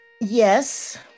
Yes